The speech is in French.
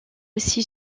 aussi